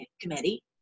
committee